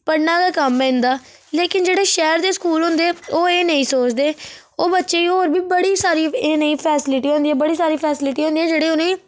पढ़़ना गै कम्म ऐ इंदा लेकिन जेह्ड़े शैहर दे स्कूल हुंदे ओह् एह् नेईं सोचदे ओह् बच्चें गी होर बी बड़ी सारी इयै नेईं फैसिलिटी होंदियां बड़ी सारी फेसिलीटियां होंदियां जेह्ड़े उ'नेंगी